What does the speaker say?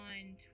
on